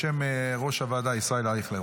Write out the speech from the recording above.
בשם ראש הוועדה ישראל אייכלר.